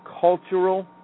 cultural